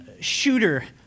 shooter